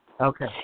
Okay